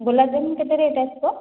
ଗୋଲାପ ଜାମୁନ୍ କେତେ ରେଟ୍ ଆସିବ